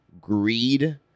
greed